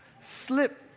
slip